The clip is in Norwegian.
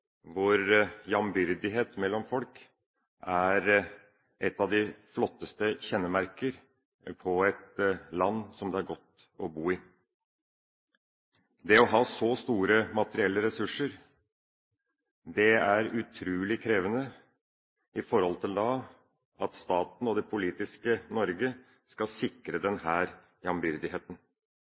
hvor jambyrdighet mellom folk er ett av de flotteste kjennemerker på et land som det er godt å bo i. Det å ha så store materielle ressurser er utrolig krevende med hensyn til at staten og det politiske Norge skal sikre denne jambyrdigheten.